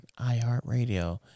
iHeartRadio